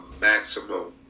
maximum